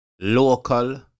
local